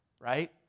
Right